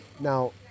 Now